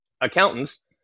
accountants